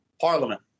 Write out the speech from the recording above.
Parliament